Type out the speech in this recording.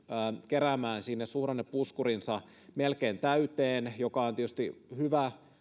keräämään suhdannepuskurinsa melkein täyteen mikä on tietysti hyvä